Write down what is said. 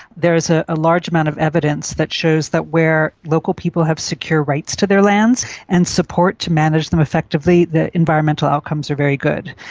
there is a ah large amount of evidence that shows that where local people have secure rights to their lands and support to manage them effectively, the environmental outcomes are very good.